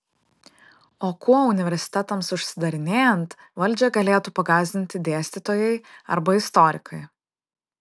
o kuo universitetams užsidarinėjant valdžią galėtų pagąsdinti dėstytojai arba istorikai